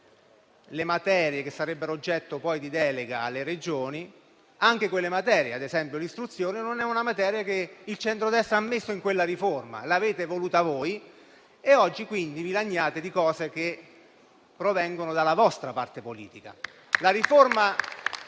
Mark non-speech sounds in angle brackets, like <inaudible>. le materie che sarebbero oggetto poi di delega alle Regioni. Alcune di quelle materie, ad esempio l'istruzione, non sono materie che il centrodestra ha inserito in quella riforma; l'avete voluta voi e oggi quindi vi lagnate di cose che provengono dalla vostra parte politica. <applause>